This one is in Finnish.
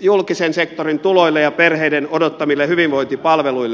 julkisen sektorin tuloille ja perheiden odottamille hyvinvointipalveluille